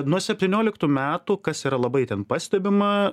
nuo septynioliktų metų kas yra labai ten pastebima